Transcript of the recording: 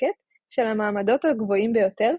ומפונקת של המעמדות הגבוהים ביותר,